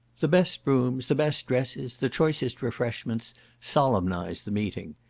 the best rooms, the best dresses, the choicest refreshments solemnize the meeting.